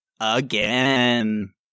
Again